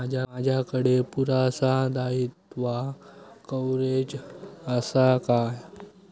माजाकडे पुरासा दाईत्वा कव्हारेज असा काय?